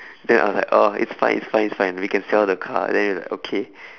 then I was like uh it's fine it's fine it's fine we can sell the car then he was like okay